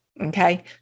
Okay